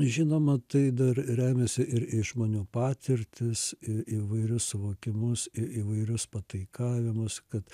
žinoma tai dar remiasi į žmonių patirtis ir įvairius suvokimus į įvairius pataikavimus kad